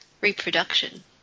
reproduction